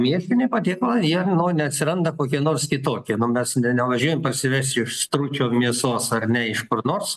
mėsiniai patiekalai jie nu neatsiranda kokie nors kitokie nu mes ne nevažiuojam pasiveržti iš stručio mėsos ar ne iš kur nors